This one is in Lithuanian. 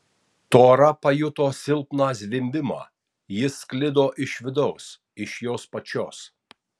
tora pajuto silpną zvimbimą jis sklido iš vidaus iš jos pačios